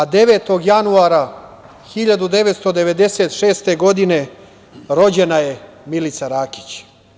Devet januara 1996. godine rođena je Milica Rakić.